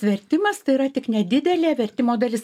vertimas tai yra tik nedidelė vertimo dalis